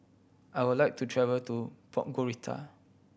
I would like to travel to Podgorica